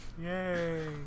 Yay